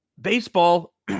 baseball